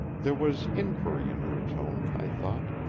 there was inquiry in her tone, i thought.